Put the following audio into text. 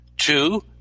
Two